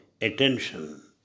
attention